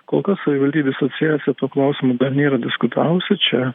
kol kas savivaldybių asociacija tuo klausimu dar nėra diskutavusi čia